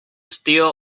steel